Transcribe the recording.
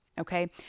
Okay